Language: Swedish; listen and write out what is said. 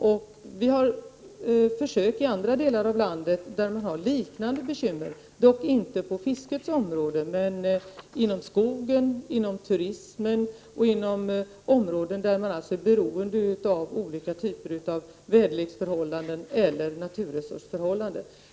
I andra delar av landet — där man har liknande bekymmer, dock inte på fiskets område, men inom skogen, inom turismen och inom områden där man är beroende av olika typer av väderleksförhållanden eller naturresursförhållanden — pågår försök.